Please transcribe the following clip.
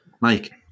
Mike